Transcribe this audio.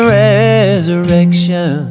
resurrection